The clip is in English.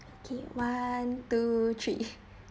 okay one two three